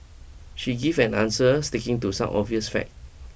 she give an answer sticking to some obvious fact